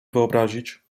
wyobrazić